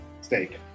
Steak